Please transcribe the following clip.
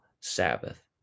Sabbath